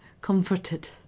comforted